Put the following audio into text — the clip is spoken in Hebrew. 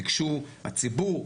ביקשו הציבור.